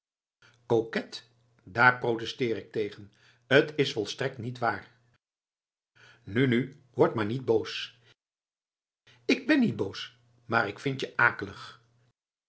coquet daar protesteer ik tegen t is volstrekt niet waar nu nu word maar niet boos ik ben niet boos maar ik vind je akelig